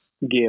give